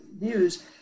views